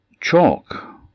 Chalk